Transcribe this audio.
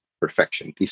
perfection